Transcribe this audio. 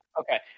okay